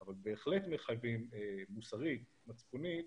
אבל בהחלט מחייבים מוסרית ומצפונית,